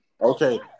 Okay